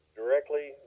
directly